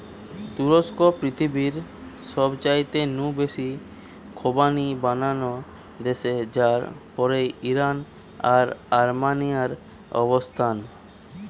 তুরস্ক পৃথিবীর সবচাইতে নু বেশি খোবানি বানানা দেশ যার পরেই ইরান আর আর্মেনিয়ার অবস্থান